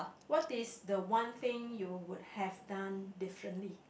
what is the one thing you would have done differently